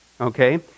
Okay